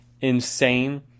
insane